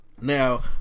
Now